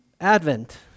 Advent